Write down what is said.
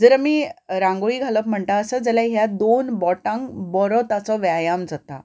जर आमी रांगोळी घालप म्हणटा आसत जाल्यार ह्या दोन बोटांक बरो ताचो व्यायाम जाता